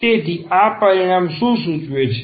તેથી આ પરિણામ શું સૂચવે છે